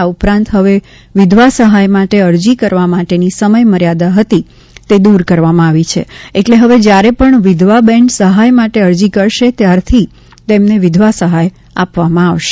આ ઉપરાંત હવે વિધવા સહાય માટે અરજી કરવા માટેની સમયમર્યાદા હતી તે દૂર કરવામાં આવી છે એટલે હવે જ્યારે પણ વિધવા બહેન સહાય માટે અરજી કરશે ત્યારથી તેમને વિધવા સહાય આપવામાં આવશે